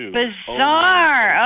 bizarre